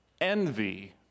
envy